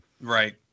Right